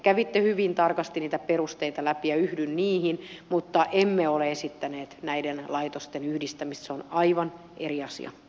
kävitte hyvin tarkasti niitä perusteita läpi ja yhdyn niihin mutta emme ole esittäneet näiden laitosten yhdistämistä se on aivan eri asia